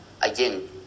again